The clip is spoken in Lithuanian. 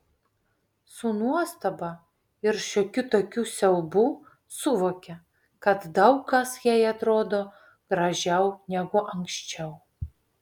su nuostaba ir šiokiu tokiu siaubu suvokė kad daug kas jai atrodo gražiau negu anksčiau